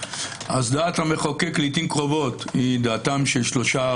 אז דעת המחוקק לעיתים קרובות היא דעתם של שלושה,